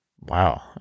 Wow